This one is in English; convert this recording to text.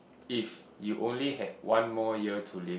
if you only had one more year to live